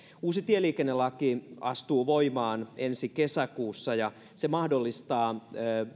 uusi tieliikennelaki astuu voimaan ensi kesäkuussa ja se mahdollistaa